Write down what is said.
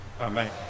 Amen